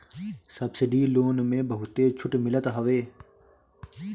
subsidy loan में बहुते छुट मिलत हवे